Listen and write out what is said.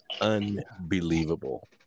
unbelievable